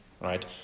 right